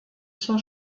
zur